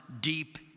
deep